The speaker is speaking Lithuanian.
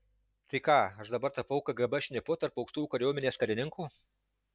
tai ką aš dabar tapau kgb šnipu tarp aukštųjų kariuomenės karininkų